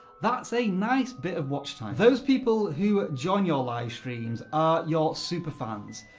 that's a nice bit of watch time. those people who join your live streams are your super fans.